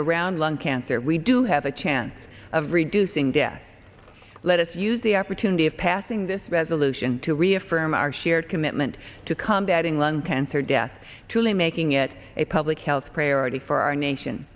around lung cancer we do have a chance of reducing death let us use the opportunity of passing this resolution to reaffirm our shared commitment to combating lung cancer death truly making it a public health priority for our nation